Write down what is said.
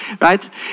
Right